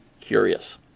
curious